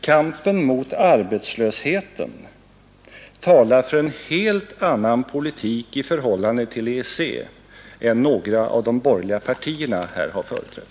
Kampen mot arbetslösheten talar för en helt annan politik i förhållande till EEC än några av de borgerliga partierna här har företrätt.